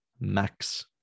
Max